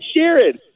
Sheeran